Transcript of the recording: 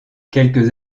quelques